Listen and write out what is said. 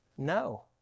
No